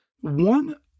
One